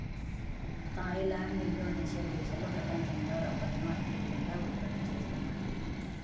Thai land, Indonesia దేశాలు ప్రపంచంలో రబ్బరును అత్యధికంగా ఉత్పత్తి చేస్తున్నాయి